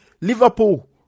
Liverpool